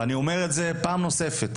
אני אומר את זה פעם נוספת.